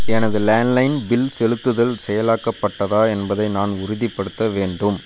எனது landline bill செலுத்துதல் செயலாக்கப்பட்டதா என்பதை நான் உறுதிப்படுத்த வேண்டும்